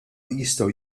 jistgħu